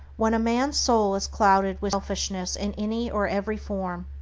when a man's soul is clouded with selfishness in any or every form,